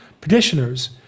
petitioners